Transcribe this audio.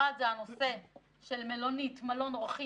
הראשון, נושא מלון אורחים.